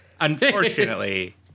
Unfortunately